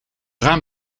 raam